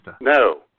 No